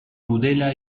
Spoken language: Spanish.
tudela